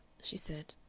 she said.